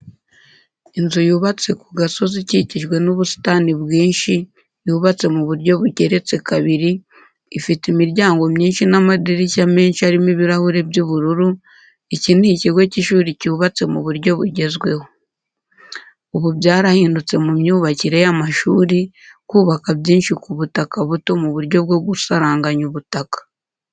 Inzu yubatse ku gasozi ikikijwe n'ubusitani bwinshi yubatse mu buryo bugeretse kabiri, ifite imiryango myinshi n'amadirishya menshi arimo ibirahure by'ubururu, iki ni ikigo cy'ishuri cyubatse mu buryo bugezweho. Ubu byarahindutse mu myubakire y'amashuri, kubaka byinshi ku butaka buto mu buryo bwo gusaranganya ubutaka.